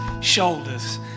shoulders